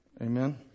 Amen